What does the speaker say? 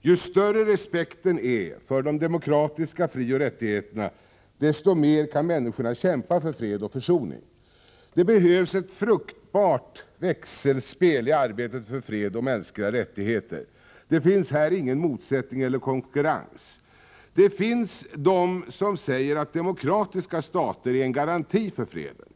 Ju större respekten är för de demokratiska frioch rättigheterna desto mer kan människorna kämpa för fred och försoning. Det behövs ett fruktbart växelspel i arbetet för fred och mänskliga rättigheter. Det finns här ingen motsättning eller konkurrens. Det finns de som säger att demokratiska stater är en garanti för freden.